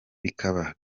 bikaba